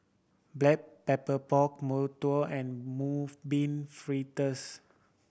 Black Pepper Pork mantou and Mung Bean Fritters